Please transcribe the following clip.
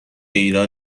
ایران